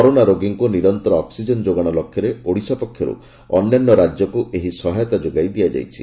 corona ରୋଗୀଙ୍କୁ ନିରନ୍ତର oxygen ଯୋଗାଣ ଲକ୍ଷ୍ୟରେ ଓଡ଼ିଶା ପକ୍ଷରୁ ଅନ୍ୟାନ୍ୟ ରାଜ୍ୟକୁ ଏହି ସହାୟତା ଯୋଗାଇ ଦିଆଯାଇଛି